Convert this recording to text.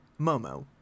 Momo